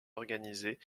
organisés